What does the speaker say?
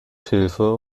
hilfe